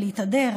ולהתהדר,